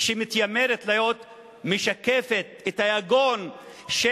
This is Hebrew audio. שמתיימרת להיות משקפת את היגון של,